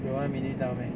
有 one minute 到 meh